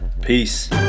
peace